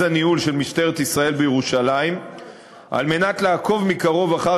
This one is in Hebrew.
הניהול של משטרת ישראל בירושלים על מנת לעקוב מקרוב אחר